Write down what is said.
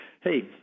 hey